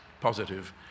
positive